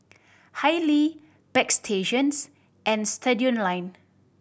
Haylee Bagstationz and Studioline